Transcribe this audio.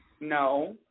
No